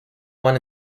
one